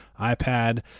iPad